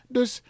Dus